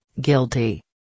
Guilty